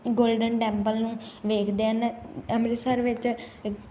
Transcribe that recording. golden temple ਨੂੰ ਵੇਖਦੇ ਹਨ ਅੰਮ੍ਰਿਤਸਰ ਵਿੱਚ ਅ